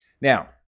Now